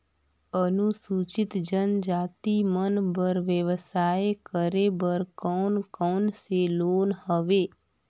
अनुसूचित जनजाति मन बर व्यवसाय करे बर कौन कौन से लोन हवे?